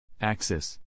Axis